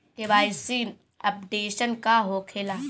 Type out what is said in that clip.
KYC updation का होखेला?